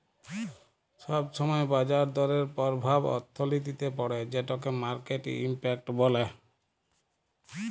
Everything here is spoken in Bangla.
ছব ছময় বাজার দরের পরভাব অথ্থলিতিতে পড়ে যেটকে মার্কেট ইম্প্যাক্ট ব্যলে